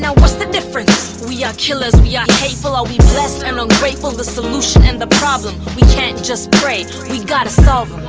what's the difference? we are killers. we are hateful. are we blessed and ungrateful? the solution and the problem. we can't just pray. we gotta solve